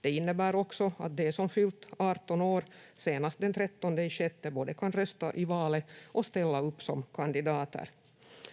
Det innebär också att de som fyllt 18 år senast den 13.6 både kan rösta i valet och ställa upp som kandidater.